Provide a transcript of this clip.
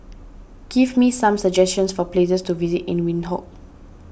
give me some suggestions for places to visit in Windhoek